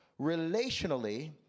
relationally